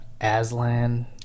Aslan